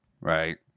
right